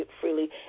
freely